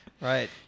Right